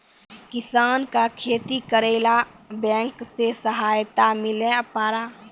किसान का खेती करेला बैंक से सहायता मिला पारा?